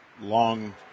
long